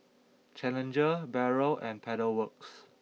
Challenger Barrel and Pedal Works